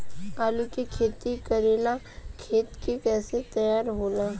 आलू के खेती करेला खेत के कैसे तैयारी होला?